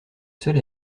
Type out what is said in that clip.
seul